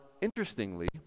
interestingly